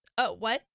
oh, what?